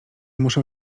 muszę